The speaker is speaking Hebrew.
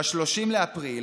ב-30 באפריל